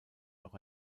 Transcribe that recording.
noch